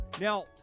Now